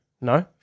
No